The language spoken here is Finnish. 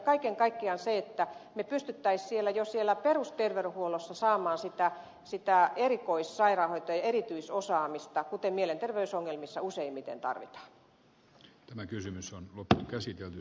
kaiken kaikkiaan pyrimme siihen että me pystyisimme jo siellä perusterveydenhuollossa saamaan sitä erikoissairaanhoitoa ja erityisosaamista kuten mielenterveysongelmissa useimmiten tarvitaan